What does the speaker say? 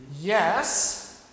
Yes